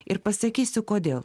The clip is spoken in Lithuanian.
ir pasakysiu kodėl